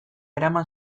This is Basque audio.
eraman